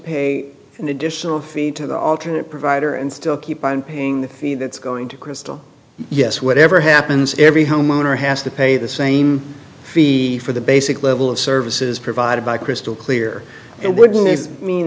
pay an additional fee to the alternate provider and still keep on paying the fee that's going to crystal yes whatever happens every homeowner has to pay the same fee for the basic level of services provided by crystal clear it would mean